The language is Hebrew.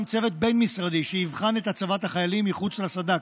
צוות בין-משרדי שיבחן את הצבת החיילים מחוץ לסד"כ.